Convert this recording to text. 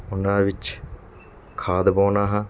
ਉਨ੍ਹਾਂ ਵਿੱਚ ਖਾਦ ਪਾਉਂਦਾ ਹਾਂ